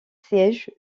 siège